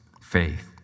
faith